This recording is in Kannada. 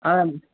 ಹಾಂ ಮ್ಯಾಮ್